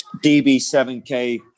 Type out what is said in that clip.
DB7K